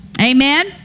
Amen